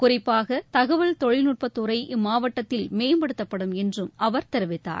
குறிப்பாக தகவல் தொழில்நுட்பத்துறை இம்மாவட்டத்தில் மேம்படுத்தப்படும் என்றும் அவர் தெரிவித்தார்